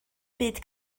byd